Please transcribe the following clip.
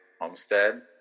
homestead